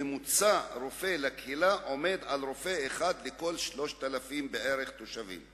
ממוצע רופא לקהילה עומד על רופא אחד לכל 3,116.7 תושבים.